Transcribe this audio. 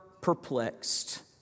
perplexed